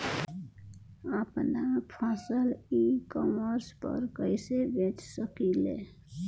आपन फसल e commerce पर कईसे बेच सकिले?